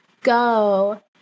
go